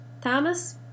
Thomas